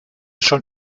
schon